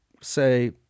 say